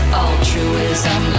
altruism